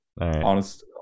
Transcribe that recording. honest